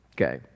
Okay